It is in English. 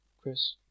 Chris